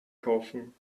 kaufen